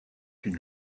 une